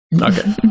Okay